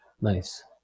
Nice